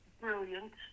brilliant